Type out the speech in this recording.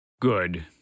Good